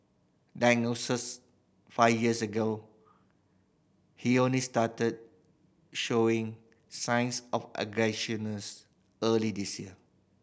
diagnoses five years ago he only started showing signs of early this year